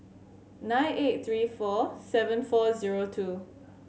nine eight three four seven four zero two